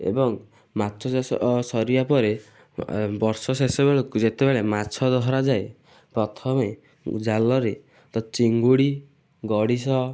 ଏବଂ ମାଛ ଚାଷ ସରିବା ପରେ ବର୍ଷ ଶେଷବେଳକୁ ଯେତେବେଳେ ମାଛ ଧରାଯାଏ ପ୍ରଥମେ ଜାଲରେ ତ ଚିଙ୍ଗୁଡ଼ି ଗଡ଼ିଶ